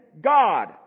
God